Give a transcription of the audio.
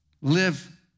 Live